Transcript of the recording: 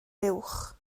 buwch